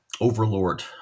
Overlord